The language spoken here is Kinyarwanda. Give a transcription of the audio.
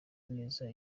neza